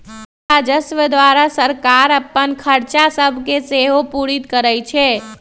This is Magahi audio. कर राजस्व द्वारा सरकार अप्पन खरचा सभके सेहो पूरति करै छै